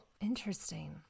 Interesting